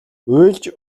уйлж